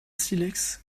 silex